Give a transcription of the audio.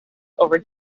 over